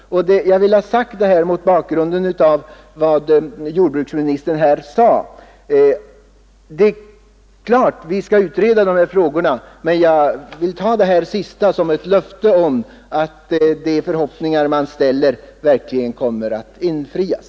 Jag vill ha sagt det här mot bakrunden av vad jordbruksministern anförde. Givetvis skall vi utreda de här frågorna. Jag vill ta statsrådets senaste yttrande som ett löfte om att de förhoppningar man har verkligen kommer att infrias.